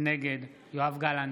נגד יואב גלנט,